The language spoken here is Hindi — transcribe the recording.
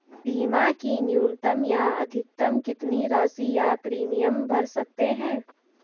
बीमा की न्यूनतम या अधिकतम कितनी राशि या प्रीमियम भर सकते हैं?